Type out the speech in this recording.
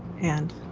and?